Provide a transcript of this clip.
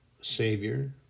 Savior